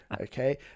okay